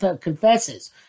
confesses